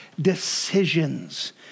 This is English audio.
decisions